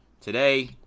Today